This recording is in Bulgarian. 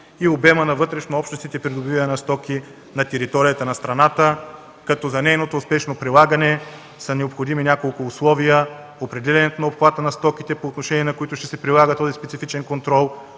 и обема на вътрешнообщностните придобивания на стоки на територията на страната, като за нейното спешно прилагане са необходими няколко условия – определянето на обхвата на стоките по отношение на които ще се прилага този специфичен контрол,